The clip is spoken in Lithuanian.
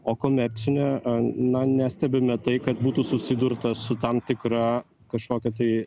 o komercinė a na nestebime tai kad būtų susidurta su tam tikra kažkokia tai